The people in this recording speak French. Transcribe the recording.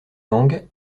langue